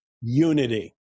unity